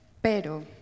Pero